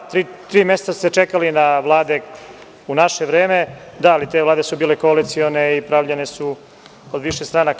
Tri meseca se čekalo na vlade u naše vreme, ali te vlade su bile koalicione i pravljene su od više stranaka.